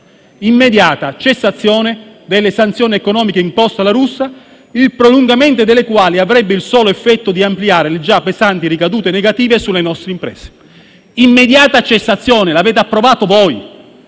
l'immediata cessazione delle sanzioni economiche imposte alla Russia, il prolungamento delle quali avrebbe il solo effetto di ampliare le già pesanti ricadute negative sulle nostre imprese»; nel Consiglio europeo del